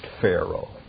Pharaoh